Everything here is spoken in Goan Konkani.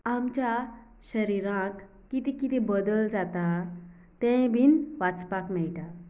आमच्या शरिराक किदें किदें बदल जाता तेंय बीन वाचपाक मेळटा